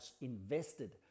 invested